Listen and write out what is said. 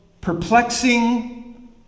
perplexing